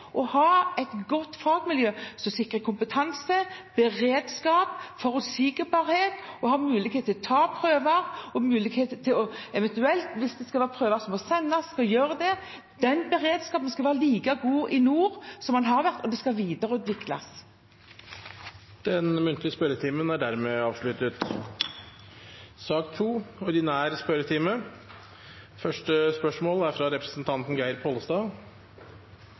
ha et godt fagmiljø som sikrer kompetanse, beredskap, forutsigbarhet, mulighet til å ta prøver og mulighet til – hvis det eventuelt er prøver som må sendes – å gjøre det. Den beredskapen skal være like god i nord som den har vært, og den skal videreutvikles. Den muntlige spørretimen er dermed avsluttet.